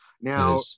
Now